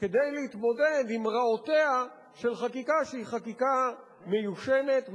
כדי להתמודד עם רעותיה של חקיקה שהיא חקיקה מיושנת,